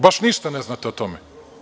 Baš ništa ne znate o tome.